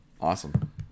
Awesome